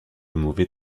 mauvais